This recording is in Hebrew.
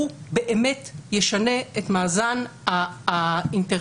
הוא באמת ישנה את מאזן האינטרסים,